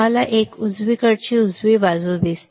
तुम्हाला ही एक उजवीकडची उजवी बाजू दिसते